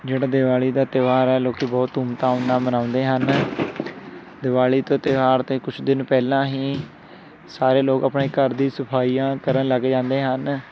ਜਿਹੜਾ ਦੀਵਾਲੀ ਦਾ ਤਿਉਹਾਰ ਹੈ ਲੋਕ ਬਹੁਤ ਧੂਮਧਾਮ ਨਾਲ ਮਨਾਉਂਦੇ ਹਨ ਦੀਵਾਲੀ ਤੋਂ ਤਿਉਹਾਰ ਤੋਂ ਕੁਛ ਦਿਨ ਪਹਿਲਾਂ ਹੀ ਸਾਰੇ ਲੋਕ ਆਪਣੇ ਘਰ ਦੀ ਸਫ਼ਾਈਆਂ ਕਰਨ ਲੱਗ ਜਾਂਦੇ ਹਨ